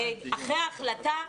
אחרי ההחלטה,